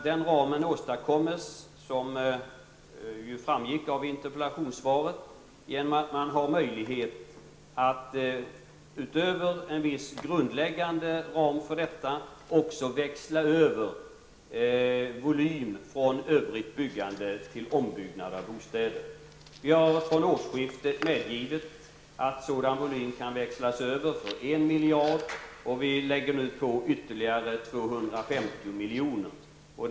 Den ramen åtstadkommes, som framgick av interpellationssvaret, genom att man har möjlighet att utöver en viss grundläggande ram också växla över volym från övrigt byggande till ombyggnad av bostäder. Regeringen har från årsskiftet medgivit att sådan volym kan växlas över för en miljard kronor, och vi lägger nu på ytterligare 250 milj.kr.